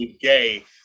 gay